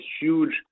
huge